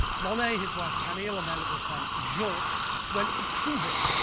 monet, his wife camille and their little son, jean went to trouville.